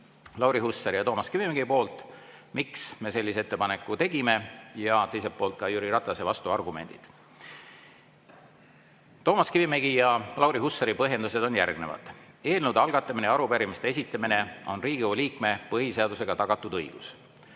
Lauri Hussari ja Toomas Kivimägi omad, miks me sellise ettepaneku tegime, ja teiselt poolt Jüri Ratase vastuargumendid. Toomas Kivimägi ja Lauri Hussari põhjendused on järgnevad. Eelnõude algatamine ja arupärimiste esitamine on Riigikogu liikme põhiseadusega tagatud õigus.